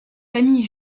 famille